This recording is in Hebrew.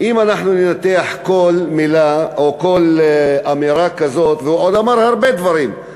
אם אנחנו ננתח כל מילה או כל אמירה כזאת והוא אמר עוד הרבה דברים,